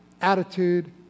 attitude